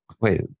wait